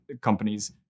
companies